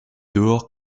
dehors